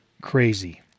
crazy